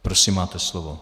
Prosím, máte slovo.